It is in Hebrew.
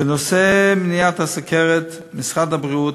בנושא מניעת הסוכרת משרד הבריאות,